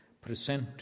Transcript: present